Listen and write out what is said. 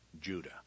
Judah